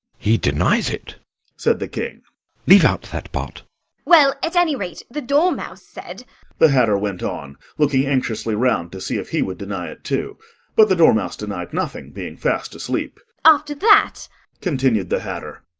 he denies it said the king leave out that part well, at any rate, the dormouse said the hatter went on, looking anxiously round to see if he would deny it too but the dormouse denied nothing, being fast asleep. after that continued the hatter,